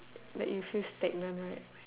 like you feel stagnant right